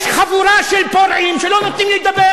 יש חבורה של פורעים שלא נותנים לי לדבר